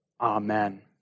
Amen